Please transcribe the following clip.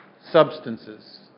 substances